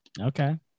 Okay